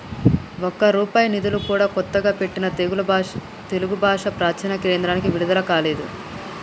ఒక్క రూపాయి నిధులు కూడా కొత్తగా పెట్టిన తెలుగు భాషా ప్రాచీన కేంద్రానికి విడుదల కాలేదు